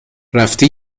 رفتی